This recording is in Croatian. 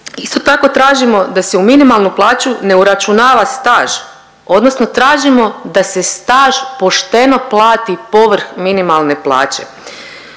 isto tako tražimo da se u minimalnu plaću ne uračunava staž odnosno tražimo da se staž pošteno plati povrh minimalne plaće.